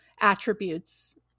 attributes